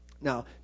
now